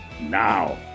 now